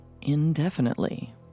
indefinitely